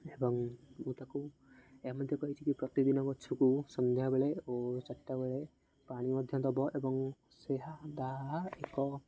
ଏବଂ ମୁଁ ତାକୁ ଏହା ମଧ୍ୟ କହିଛି କି ପ୍ରତିଦିନ ଗଛକୁ ସନ୍ଧ୍ୟାବେଳେ ଓ ଚାରିଟା ବେଳେ ପାଣି ମଧ୍ୟ ଦେବ ଏବଂ ସେ ତାହା ଏକ